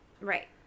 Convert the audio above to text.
Right